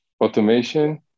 automation